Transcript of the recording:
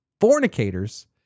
Fornicators